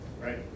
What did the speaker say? Right